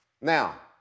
Now